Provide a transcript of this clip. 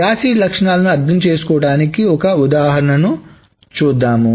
acid లక్షణాలను అర్థం చేసుకోవడానికి ఒక ఉదాహరణ చూద్దాం